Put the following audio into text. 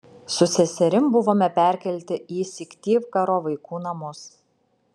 su seserim buvome perkelti į syktyvkaro vaikų namus